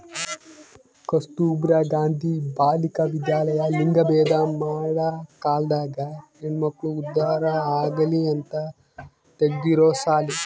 ಕಸ್ತುರ್ಭ ಗಾಂಧಿ ಬಾಲಿಕ ವಿದ್ಯಾಲಯ ಲಿಂಗಭೇದ ಮಾಡ ಕಾಲ್ದಾಗ ಹೆಣ್ಮಕ್ಳು ಉದ್ದಾರ ಆಗಲಿ ಅಂತ ತೆಗ್ದಿರೊ ಸಾಲಿ